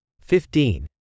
fifteen